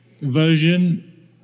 version